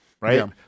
right